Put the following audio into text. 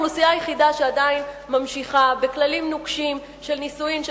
האוכלוסייה היחידה שעדיין ממשיכה בכללים נוקשים של נישואים,